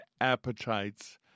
appetites